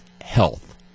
health